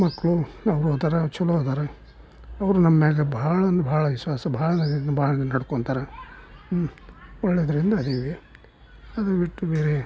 ಮಕ್ಕಳು ಅವರೊಂಥರ ಚಲೋ ಅದಾರೆ ಅವರು ನಮ್ಮ ಮ್ಯಾಲ ಭಾಳಂದ್ರೆ ಭಾಳ ವಿಶ್ವಾಸ ಭಾಳ ನಡ್ಕೊಂತಾರ ಒಳ್ಳೆದರಿಂದ ಅದಿವಿ ಅದು ಬಿಟ್ಟು ಬೇರೆ